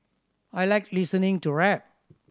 I like listening to rap